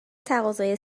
تقاضای